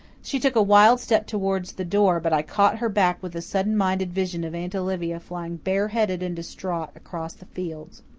she took a wild step towards the door, but i caught her back with a sudden mind-vision of aunt olivia flying bareheaded and distraught across the fields.